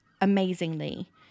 amazingly